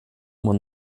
man